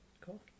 Cool